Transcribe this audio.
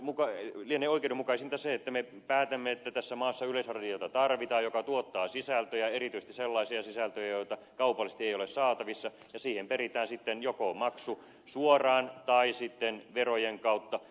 eli lienee oikeudenmukaisinta se että me päätämme että tässä maassa tarvitaan yleisradiota joka tuottaa sisältöjä erityisesti sellaisia sisältöjä joita kaupallisesti ei ole saatavissa ja siihen peritään sitten maksu joko suoraan tai verojen kautta